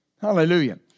Hallelujah